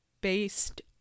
based